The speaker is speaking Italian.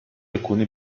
alcuni